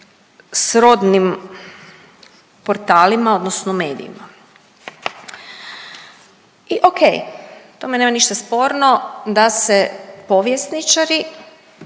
srodnim portalima, odnosno medijima. I o.k. tome nema ništa sporno da se povjesničari